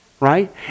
right